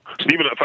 Stephen